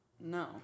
no